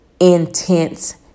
intense